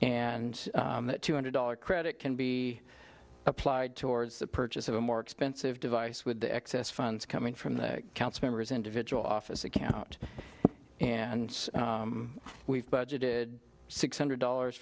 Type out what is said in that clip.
that two hundred dollars credit can be applied towards the purchase of a more expensive device with the excess funds coming from the council members individual office account and we've budgeted six hundred dollars